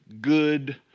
good